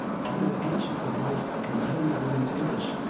a kind of ancient device that contained a woman's image.